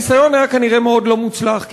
הניסיון היה כנראה מאוד לא מוצלח,